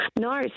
No